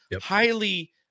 Highly